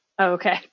Okay